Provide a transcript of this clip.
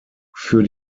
für